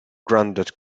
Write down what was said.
grandad